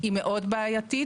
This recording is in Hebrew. אני לא מדברת בשם פורום ה-15,